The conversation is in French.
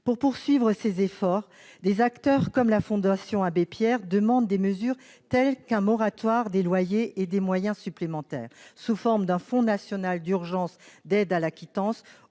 Pour poursuivre ces efforts, des acteurs tels que la Fondation Abbé Pierre demandent des mesures, en particulier un moratoire des loyers, et des moyens supplémentaires sous la forme d'un fonds national d'urgence d'aide à la quittance